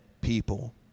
people